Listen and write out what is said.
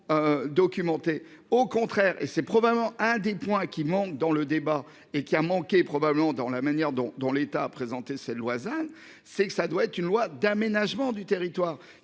Documentée au contraire et c'est probablement un des points qui manquent dans le débat et qui a manqué, probablement dans la manière dont, dont l'État a présenté ses lois hein c'est que ça doit être une loi d'aménagement du territoire